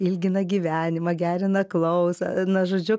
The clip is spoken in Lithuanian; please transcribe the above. ilgina gyvenimą gerina klausą na žodžiu